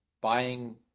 buying